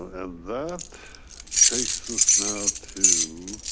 and that takes us now to.